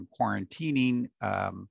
quarantining